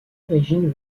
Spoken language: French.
origine